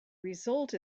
result